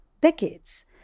decades